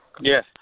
Yes